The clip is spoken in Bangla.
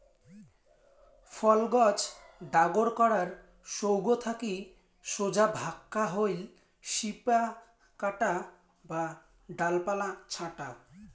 ফল গছ ডাগর করার সৌগ থাকি সোজা ভাক্কা হইল শিপা কাটা বা ডালপালা ছাঁটা